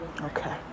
okay